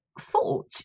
thought